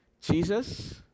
Jesus